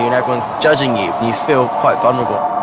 you, and everyone's judging you. you feel quite vulnerable.